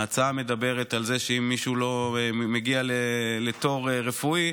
ההצעה מדברת על זה שאם מישהו לא מגיע לתור רפואי,